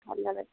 सारनायालाय